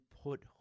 put